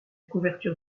couverture